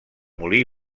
molí